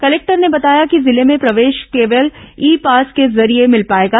collector ने बताया कि जिले में प्रवेश केवल ई पास के जरिये मिल पाएगा